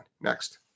Next